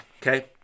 Okay